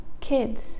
kids